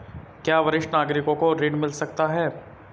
क्या वरिष्ठ नागरिकों को ऋण मिल सकता है?